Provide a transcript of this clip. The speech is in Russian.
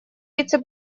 вице